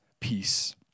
peace